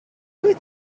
wyt